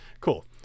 cool